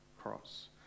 cross